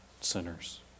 sinners